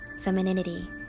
femininity